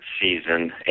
season